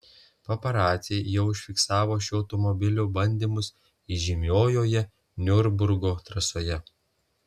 paparaciai jau užfiksavo šio automobilio bandymus įžymiojoje niurburgo trasoje